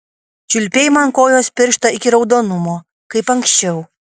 čiulpei man kojos pirštą iki raudonumo kaip anksčiau